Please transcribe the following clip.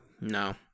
no